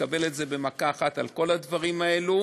שיקבל את זה במכה אחת על כל הדברים האלה.